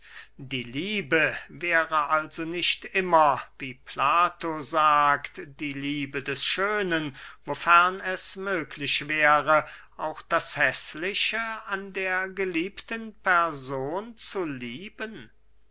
die liebe wäre also nicht immer wie plato sagt liebe des schönen wofern es möglich wäre auch das häßliche an der geliebten person zu lieben